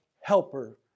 helper